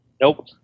Nope